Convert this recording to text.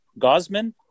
Gosman